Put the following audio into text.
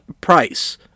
price